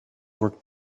work